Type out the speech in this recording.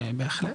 בהחלט.